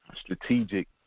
Strategic